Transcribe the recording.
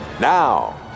now